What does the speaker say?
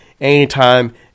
anytime